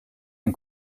ein